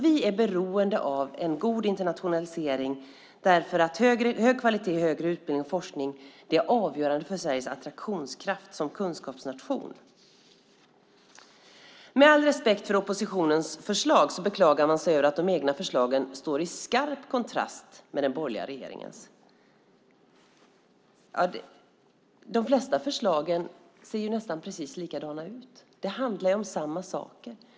Vi är beroende av en god internationalisering därför att hög kvalitet i högre utbildning och forskning är avgörande för Sveriges attraktionskraft som kunskapsnation. Med all respekt för oppositionens förslag, men man beklagar sig över att de egna förslagen står i skarp kontrast till den borgerliga regeringens. De flesta förslagen ser nästan likadana ut. Det handlar om samma saker.